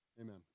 Amen